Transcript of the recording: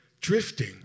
drifting